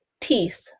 teeth